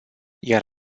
iar